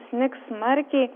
snigs smarkiai